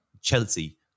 Chelsea